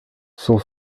son